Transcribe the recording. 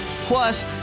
Plus